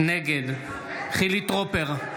נגד חילי טרופר,